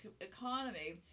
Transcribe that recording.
economy